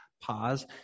pause